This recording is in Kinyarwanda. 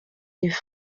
live